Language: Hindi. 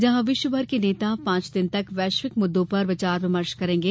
जहां विश्व भर के नेता पांच दिन तक वैश्विक मुद्दों पर विचार विमर्श करेंगे